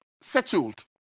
settled